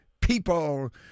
people